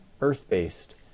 earth-based